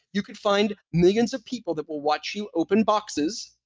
you could find millions of people that will watch you open boxes,